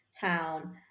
town